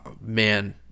Man